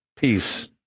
peace